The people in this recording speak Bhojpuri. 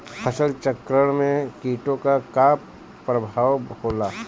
फसल चक्रण में कीटो का का परभाव होला?